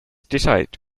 decide